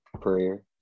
prayer